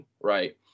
right